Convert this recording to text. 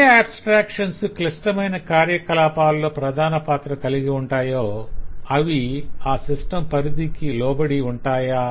ఏ abstractions క్లిష్టమైన కార్యకలాపాల్లో ప్రధాన పాత్ర కలిగి ఉంటాయో ఏవి ఆ సిస్టం పరిధికి లోబడి ఉంటాయో